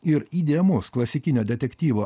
ir įdėmus klasikinio detektyvo